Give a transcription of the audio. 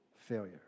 failure